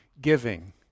giving